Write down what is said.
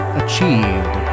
achieved